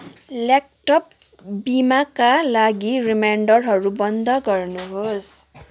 laptop बिमाका लागि रिमाइन्डरहरू बन्द गर्नुहोस्